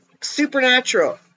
Supernatural